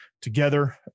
together